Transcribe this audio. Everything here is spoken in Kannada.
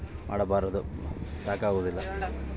ಕಬ್ಬಿನ ಬೆಳೆಗೆ ತುಂತುರು ನೇರಾವರಿ ವ್ಯವಸ್ಥೆ ಮಾಡಬಹುದೇ?